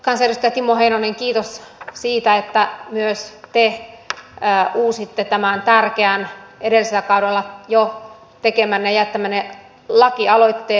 kansanedustaja timo heinonen kiitos siitä että myös te uusitte tämän tärkeän edellisellä kaudella jo tekemänne ja jättämänne lakialoitteen